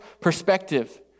perspective